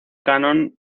canon